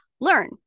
learn